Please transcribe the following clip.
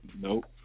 Nope